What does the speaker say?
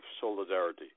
solidarity